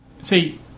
See